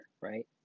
right